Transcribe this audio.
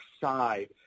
side